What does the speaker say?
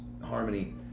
harmony